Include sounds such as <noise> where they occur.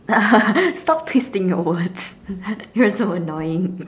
<laughs> stop twisting your words <laughs> you're so annoying